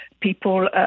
people